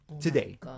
Today